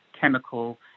chemical